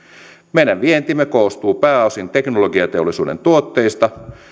meidän vientimme koostuu pääosin teknologiateollisuuden tuotteista